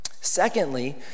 Secondly